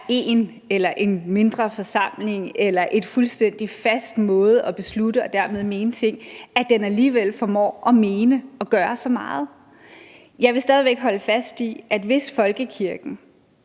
en eller en mindre forsamling eller en fuldstændig fast måde at beslutte og dermed mene ting på, og alligevel formår at mene og gøre så meget? Jeg vil stadig væk holde fast i, at hvis folkekirken,